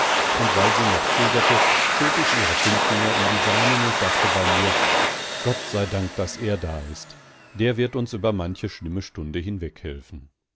und weil sie noch zögerte schob ich ihre fünf finger in die seinen und dachte bei mir gott sei dank daß er da ist der wird uns über manche schlimme stunde